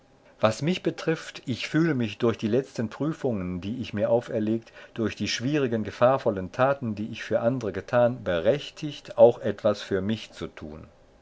was mich betrifft ich fühle mich durch die letzten prüfungen die ich mir auferlegt durch die schwierigen gefahrvollen taten die ich für andere getan berechtigt auch etwas für mich zu tun